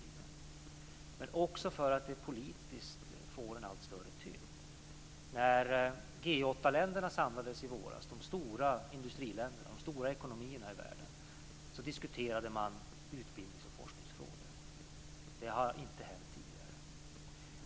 Men det beror också på att det politiskt får en allt större tyngd. När G 8-länderna, de stora industriländerna, de stora ekonomierna i världen, samlades i våras diskuterade man utbildnings och forskningsfrågor. Det har inte hänt tidigare.